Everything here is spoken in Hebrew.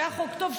שהיה חוק טוב,